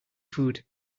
food